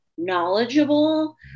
knowledgeable